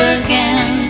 again